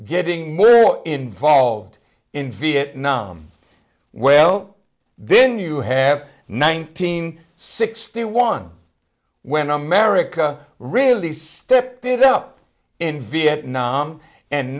getting more involved in vietnam well then you have nineteen sixty one when america really stepped it up in vietnam and